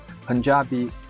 Punjabi